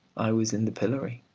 i was in the pillory.